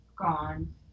gone